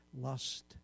lust